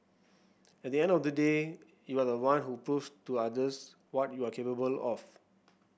at the end of the day you are the one who proves to others what you are capable of